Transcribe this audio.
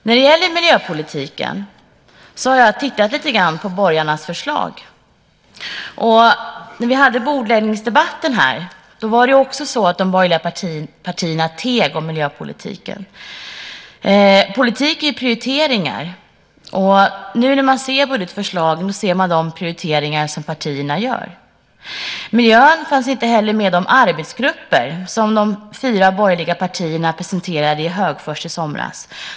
När det gäller miljöpolitiken har jag tittat lite på borgarnas förslag. När vi hade bordläggningsdebatten här var det också så att de borgerliga partierna teg om miljöpolitiken. Politik är ju prioriteringar, och nu när man ser budgetförslagen ser man de prioriteringar som partierna gör. Miljön fanns inte heller med i de arbetsgrupper som de fyra borgerliga partierna presenterade i Högfors i somras.